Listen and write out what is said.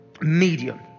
medium